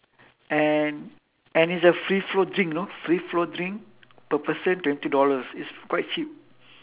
and and it's a free flow drink you know free flow drink per person twenty dollars it's quite cheap